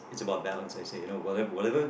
it's about balance I say you know whatever whatever